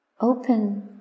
open